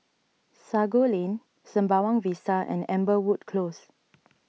Sago Lane Sembawang Vista and Amberwood Close